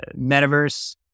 Metaverse